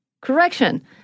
correction